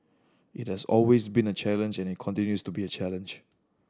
it has always been a challenge and it continues to be a challenge